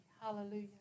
Hallelujah